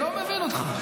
לא מבין אותך.